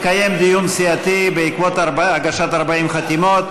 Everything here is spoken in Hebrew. התקיים דיון סיעתי בעקבות הגשת 40 חתימות.